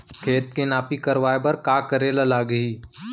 खेत के नापी करवाये बर का करे लागही?